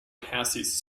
houses